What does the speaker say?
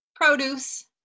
produce